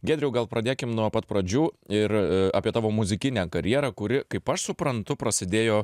giedriau gal pradėkim nuo pat pradžių ir apie tavo muzikinę karjerą kuri kaip aš suprantu prasidėjo